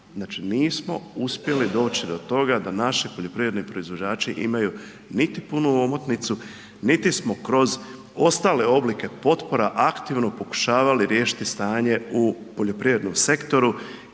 nismo uspjeli doći do toga da naši poljoprivredni proizvođači imaju niti punu omotnicu, niti smo kroz ostale oblike potpora aktivno pokušavali riješiti stanje u poljoprivrednom sektoru